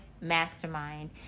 mastermind